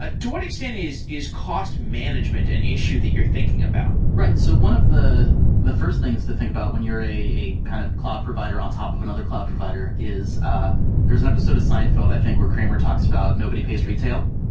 but to what extent is is cost management and issue the you're thinking about? right. so one of the the first things to think about when you're a a kind of cloud provider on top of another cloud provider is ah there's an episode of seinfeld i think where kramer talks about nobody pays retail,